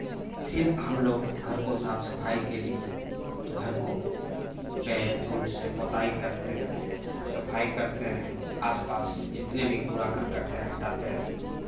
फिर हम लोग घर को साफ सफाई के लिए घर को पैंट ओंट से पोताई करते हैं सफाई करते हैं आस पास जितने भी कूड़ा करकट हैं हटाते हैं